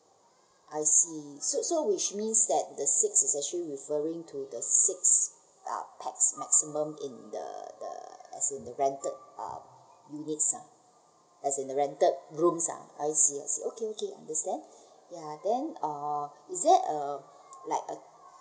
I see so so which means that the six is actually referring to the six uh pax maximum in the the as in the rented uh units uh as in the rented rooms ah I see I see okay okay understand ya then err is that uh like uh